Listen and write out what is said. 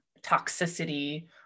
toxicity